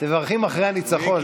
מברכים אחרי הניצחון,